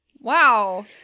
Wow